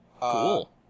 Cool